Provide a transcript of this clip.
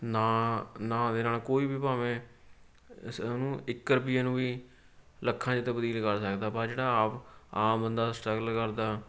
ਨਾਂ ਨਾਂ ਦੇ ਨਾਲ ਕੋਈ ਵੀ ਭਾਵੇਂ ਉਹਨੂੰ ਇੱਕ ਰੁਪਏ ਨੂੰ ਵੀ ਲੱਖਾਂ 'ਚ ਤਬਦੀਲ ਕਰ ਸਕਦਾ ਪਰ ਜਿਹੜਾ ਆਪ ਆਮ ਬੰਦਾ ਸਟਰਗਲ ਕਰਦਾ